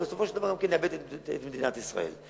ובסופו של דבר נאבד את מדינת ישראל.